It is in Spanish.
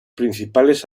principales